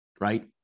Right